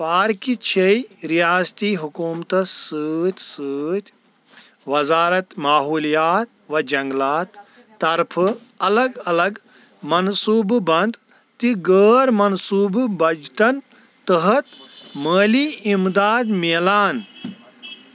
پارکہِ چھے ریاستی حُکومتس سٕتۍ ستۍ وزارت ماحولیات و جنٛگلات طرفہٕ الگ الگ منصوٗبہٕ بند تہ غٲر منصوٗبہٕ بجٹن تحت مٲلی اِمداد ملان